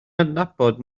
adnabod